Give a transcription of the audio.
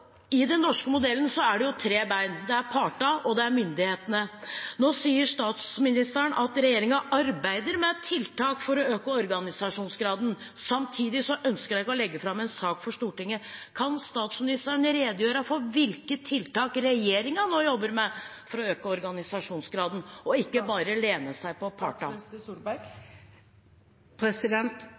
myndighetene. Nå sier statsministeren at regjeringen arbeider med tiltak for å øke organisasjonsgraden. Samtidig ønsker hun ikke å legge fram en sak for Stortinget. Kan statsministeren redegjøre for hvilke tiltak regjeringen nå jobber med for å øke organisasjonsgraden, og ikke bare lene seg på